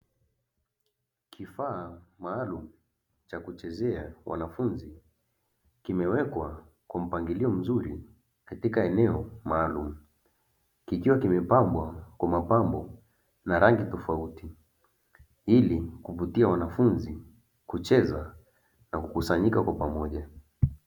Kifaa maalumu cha kuchezea wanafunzi kimewekwa kwa mpangilio mzuri katika eneo maalumu, kikiwa kimepambwa kwa mapambo na rangi tofauti ili kuvutia wanafunzi kucheza na kukusanyika kwa pamoja.